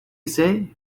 say